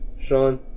Sean